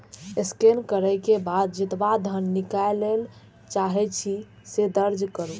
scan करै के बाद जेतबा धन निकालय चाहै छी, से दर्ज करू